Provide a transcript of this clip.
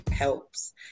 helps